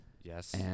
Yes